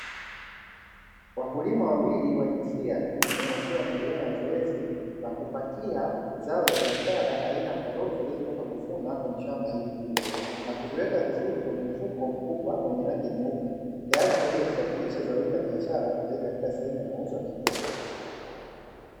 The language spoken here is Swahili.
Wakulima wawili wa jinsia ya kiume wakiwa wanaendelea na zoezi la kupakia zao labiashara aina ya karoti walilotoka kuvuna, kwenye shamba hili kubwa na kuziweka vizuri kwenye mfuko mkubwa wenye rangi nyeupe, tayari kwa ajili ya kusafirisha zao hili la biashara kupeleka kwenye sehemu ya mauzo ya kilimo.